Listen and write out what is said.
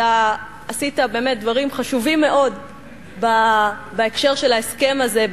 אתה עשית דברים חשובים מאוד בהקשר של ההסכם הזה,